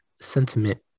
sentiment